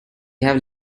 have